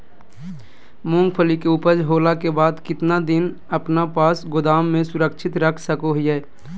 मूंगफली के ऊपज होला के बाद कितना दिन अपना पास गोदाम में सुरक्षित रख सको हीयय?